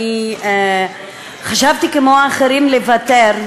אני חשבתי כמו האחרים לוותר,